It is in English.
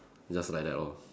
just like that lor